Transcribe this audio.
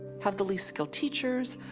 have the least skilled teachers.